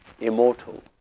immortal